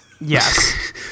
Yes